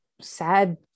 sad